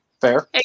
Fair